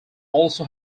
also